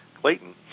Clayton